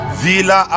vila